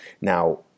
Now